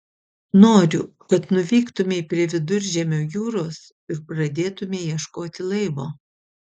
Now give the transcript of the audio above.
noriu kad nuvyktumei prie viduržemio jūros ir pradėtumei ieškoti laivo